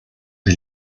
del